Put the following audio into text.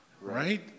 right